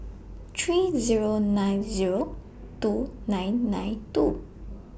three Zero nine Zero two nine nine two